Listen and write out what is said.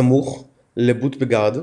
סמוך לבוטבגרד,